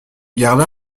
garda